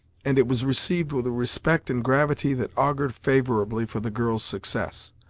and it was received with a respect and gravity that augured favourably for the girl's success.